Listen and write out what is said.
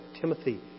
Timothy